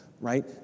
right